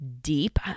deep